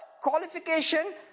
qualification